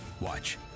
Watch